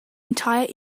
entire